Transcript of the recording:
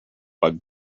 but